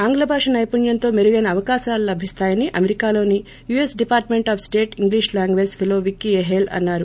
ఆంగ్ల భాష సైపుణ్యంతో మెరుగైన అవకాశాలు లభిస్తాయని అమెరికాలోని U S Department of State English language fellow Vicky A Hale అన్నారు